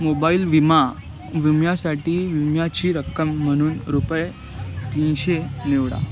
mobile विमा विम्यासाठी विम्याची रक्कम म्हणून रुपये तीनशे निवडा